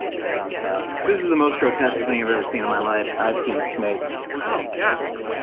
right on top. this is the most grotesque thing i've ever seen in my life. i've seen snakes. oh gosh.